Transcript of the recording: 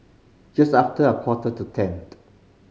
just after a quarter to ten